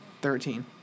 Thirteen